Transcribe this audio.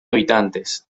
habitantes